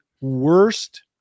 worst